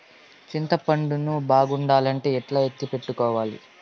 చింతపండు ను బాగుండాలంటే ఎట్లా ఎత్తిపెట్టుకోవాలి?